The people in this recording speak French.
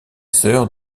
sœur